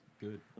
good